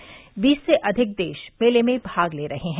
वीस से अधिक देश मेले में भाग ले रहे हैं